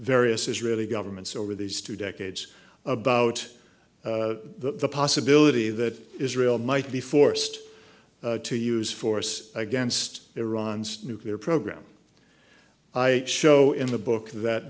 various israeli governments over these two decades about the possibility that israel might be forced to use force against iran's nuclear program i show in the book that